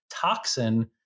toxin